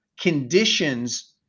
conditions